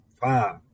five